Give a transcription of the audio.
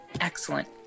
excellent